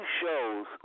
shows